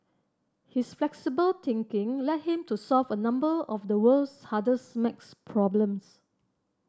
his flexible thinking led him to solve a number of the world's hardest maths problems